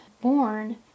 born